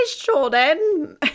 Jordan